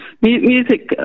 Music